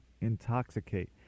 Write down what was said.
Intoxicate